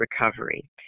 recovery